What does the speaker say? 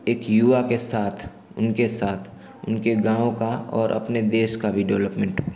एक युवा के साथ उनके साथ उनके गाँव का और अपने देश का भी डेवलपमेन्ट हो